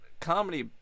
comedy